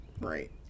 Right